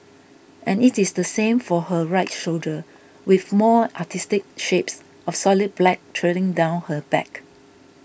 and it is the same for her right shoulder with more artistic shapes of solid black trailing down her back